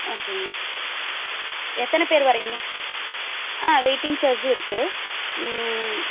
ஓகேங்க எத்தனை பேர் வரீங்க ஆ வெயிட்டிங் சார்ஜும் இருக்குது